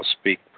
speak